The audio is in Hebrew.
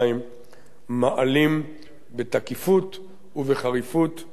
מעלים בתקיפות ובחריפות שממנה